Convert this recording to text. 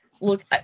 look